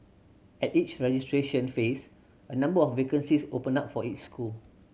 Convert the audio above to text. at each registration phase a number of vacancies open up for each school